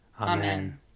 Amen